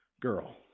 girl